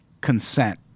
consent